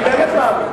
אני באמת מאמין.